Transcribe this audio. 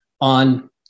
on